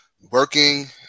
working